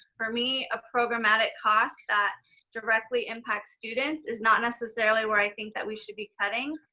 for me a programmatic cost that directly impacts students is not necessarily where i think that we should be cutting.